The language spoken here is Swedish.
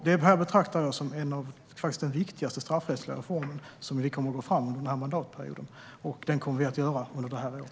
Det här betraktar jag som en av de viktigaste straffrättsliga reformer som vi kommer att gå fram med under den här mandatperioden, och vi kommer att göra det under det här året.